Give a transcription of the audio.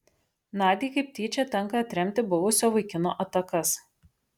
nadiai kaip tyčia tenka atremti buvusio vaikino atakas